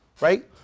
Right